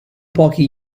pochi